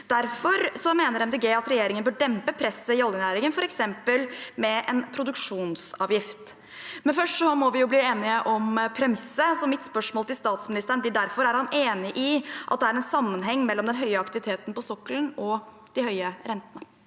De Grønne at regjeringen bør dempe presset i oljenæringen, f.eks. med en produksjonsavgift. Først må vi likevel bli enige om premisset, så mitt spørsmål til statsministeren blir derfor: Er han enig i at det er en sammenheng mellom den høye aktiviteten på sokkelen og de høye rentene?